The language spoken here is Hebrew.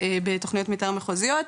בתוכניות מתאר מחוזיות,